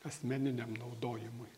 asmeniniam naudojimui